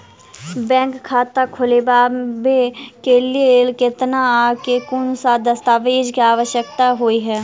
Bank खाता खोलबाबै केँ लेल केतना आ केँ कुन सा दस्तावेज केँ आवश्यकता होइ है?